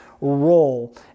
role